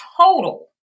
total